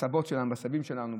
בסבים ובסבתות שלנו,